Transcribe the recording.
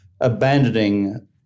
abandoning